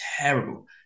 terrible